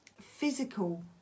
physical